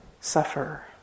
suffer